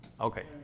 Okay